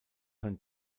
sein